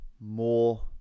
more